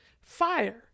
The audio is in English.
fire